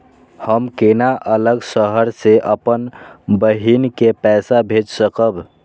हम केना अलग शहर से अपन बहिन के पैसा भेज सकब?